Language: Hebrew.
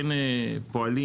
כן פועלים,